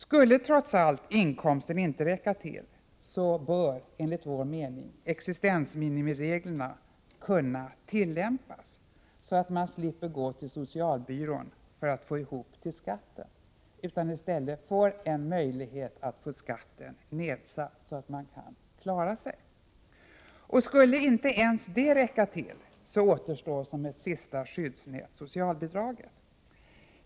Skulle trots allt inkomsten inte räcka till, bör enligt vår mening existensminimireglerna kunna tillämpas, så att man slipper gå till socialbyrån för att få ihop till skatten. Man skulle i stället få möjlighet att få skatten nedsatt, så att man kan klara sig. Skulle inte ens det räcka, återstår som ett sista skyddsnät socialbidraget.